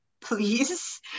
please